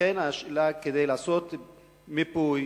כדאי לעשות מיפוי,